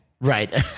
Right